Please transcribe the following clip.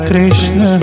Krishna